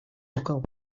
buckle